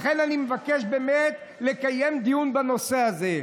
לכן, אני מבקש באמת לקיים דיון בנושא הזה.